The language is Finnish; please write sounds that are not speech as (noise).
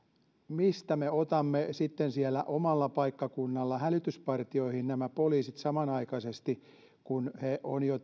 mistä me otamme sitten siellä omalla paikkakunnalla hälytyspartioihin nämä poliisit samanaikaisesti kun he ovat jo (unintelligible)